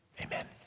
Amen